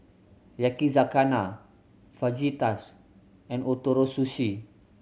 Yakizakana Fajitas and Ootoro Sushi